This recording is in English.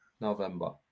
november